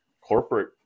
corporate